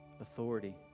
authority